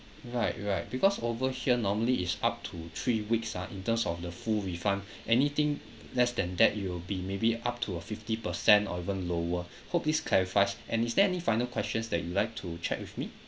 right right because over here normally it's up to three weeks ah in terms of the full refund anything less than that it will be maybe up to a fifty percent or even lower hope this clarifies and is there any final questions that you like to check with me